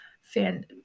fan